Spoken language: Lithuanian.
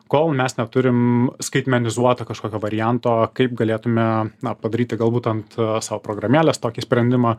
kol mes neturim skaitmenizuoto kažkokio varianto kaip galėtume padaryti galbūt ant savo programėlės tokį sprendimą